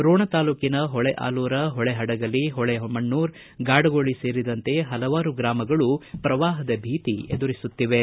ರೋಣ ತಾಲೂಕಿನ ಹೊಳೆಆಲೂರ ಹೊಳೆಹಡಗಲಿ ಹೊಳೆ ಮಣ್ಣೂರ ಗಾಡಗೊಳಿ ಸೇರಿದಂತೆ ಹಲವಾರು ಗ್ರಾಮಗಳು ಪ್ರವಾಹದ ಭೀತಿ ಎದುರಿಸುತ್ತಿವೆ